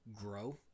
grow